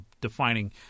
defining